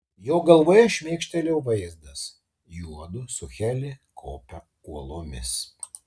jo galvoje šmėkštelėjo vaizdas juodu su heli kopia uolomis